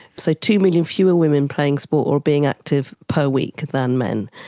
so two million fewer women playing sport or being active per week than men.